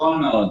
נכון מאוד.